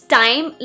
time